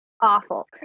Awful